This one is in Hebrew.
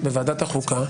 מה יו"ר הוועדה רוצה?